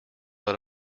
but